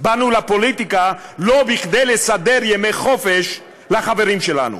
באנו לפוליטיקה לא כדי לסדר ימי חופשה לחברים שלנו.